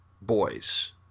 boys